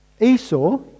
Esau